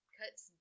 cuts